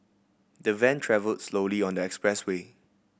the van travelled slowly on the expressway